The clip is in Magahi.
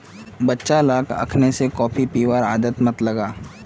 बच्चा लाक अखनइ स कॉफी पीबार आदत मत लगा